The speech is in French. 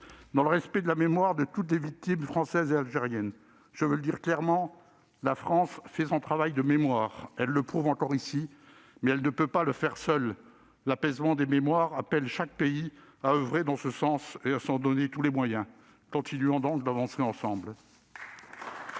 Dans le respect de la mémoire de toutes les victimes, françaises et algériennes, je tiens à le dire clairement : la France fait son travail de mémoire. Elle le prouve encore aujourd'hui. Mais elle ne peut pas le faire seule. L'apaisement des mémoires appelle chaque pays à oeuvrer dans ce sens et à s'en donner tous les moyens. Continuons donc d'avancer ensemble